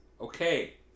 Okay